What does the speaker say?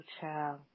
child